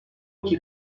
iki